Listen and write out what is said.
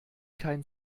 kein